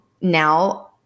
now